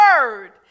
word